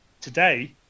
today